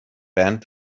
bent